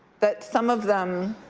that some of them,